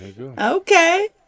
Okay